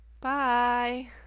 Bye